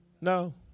No